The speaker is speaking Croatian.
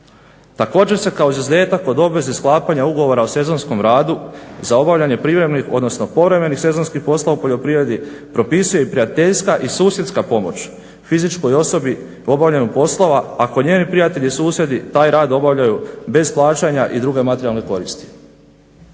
Također se kao izuzetak od obveze sklapanja ugovora o sezonskom radu za obavljanje privremenih, odnosno povremenih sezonskih poslova u poljoprivredi propisuje i prijateljska i susjedska pomoć fizičkoj osobi u obavljanju poslova ako njeni prijatelji susjedi taj rad obavljaju bez plaćanja i druge materijalne koristi.